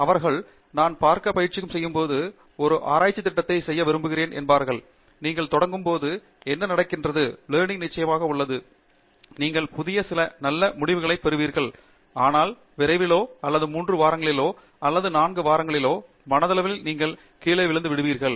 அவர்கள் பார்க்க முயற்சி செய்யும்போது எனக்குத் தெரியும் நான் ஒரு ஆராய்ச்சி திட்டத்தை செய்ய விரும்புகிறேன் நீங்கள் தொடங்கும் போது என்ன நடக்கிறது கற்றல் நிச்சயமாக உள்ளது நீங்கள் புதிய நீங்கள் சில நல்ல முடிவுகளை பெறுவீர்கள் ஆனால் விரைவிலோ அல்லது மூன்று வாரங்களிலோ அல்லது நான்கு வாரங்களிலோ நீங்கள் கீழே விழுந்து விடுவீர்கள்